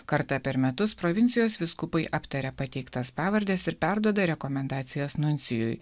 kartą per metus provincijos vyskupai aptaria pateiktas pavardes ir perduoda rekomendacijas nuncijui